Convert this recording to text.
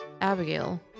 Abigail